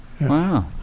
Wow